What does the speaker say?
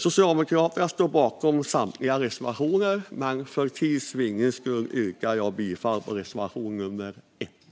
Jag står bakom samtliga reservationer, men för tids vinning yrkar jag bifall endast till reservation nummer 1.